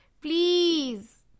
Please